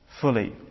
fully